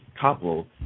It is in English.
couple